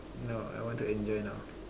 no I want to enjoy now